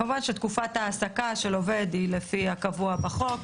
כמובן שתקופת ההעסקה של עובד היא לפי הקבוע בחוק,